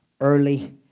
early